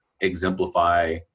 exemplify